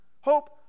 hope